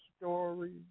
story